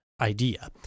idea